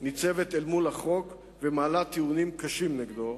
ניצבת אל מול החוק ומעלה טיעונים קשים נגדו.